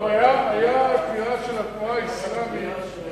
היתה קריאה של התנועה האסלאמית.